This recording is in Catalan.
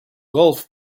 golf